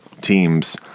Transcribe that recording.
teams